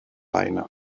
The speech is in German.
leine